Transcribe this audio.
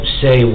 say